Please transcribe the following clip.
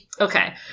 okay